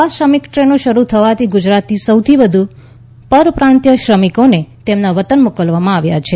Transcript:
ખાસ શ્રમિક દ્રેન શરૂ થવાથી ગુજરાતથી સોથી વધુ પરપ્રાતીય શ્રમિકોને તેમના વતન મોકલવામાં આવ્યા છે